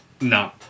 No